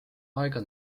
aega